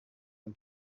and